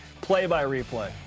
Play-By-Replay